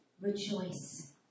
rejoice